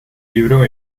libro